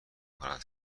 کند